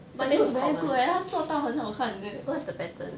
but then very good eh 他做到很好看 leh